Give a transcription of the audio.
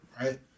right